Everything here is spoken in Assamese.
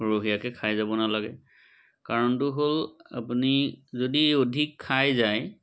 সৰহীয়াকৈ খাই যাব নালাগে কাৰণটো হ'ল আপুনি যদি অধিক খাই যায়